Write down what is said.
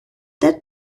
that